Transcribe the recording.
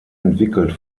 entwickelt